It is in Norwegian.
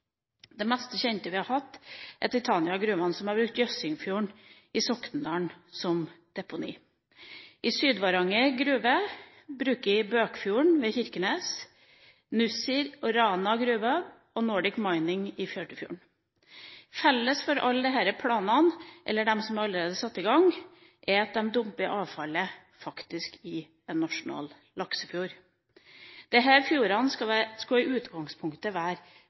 Det mest kjente vi har hatt, er Titania Gruver, som har brukt Jøssingfjorden i Sokndal som deponi. Sydvaranger Gruve bruker Bøkfjorden ved Kirkenes, vi har Nussir og Rana Gruber, og vi har Nordic Mining i Førdefjorden. Felles for alle disse er at de har planer om – eller de har faktisk allerede satt i gang med – å dumpe avfallet i en nasjonal laksefjord. Disse fjordene skal i utgangspunktet være